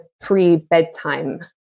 pre-bedtime